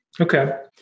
Okay